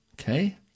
Okay